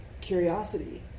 curiosity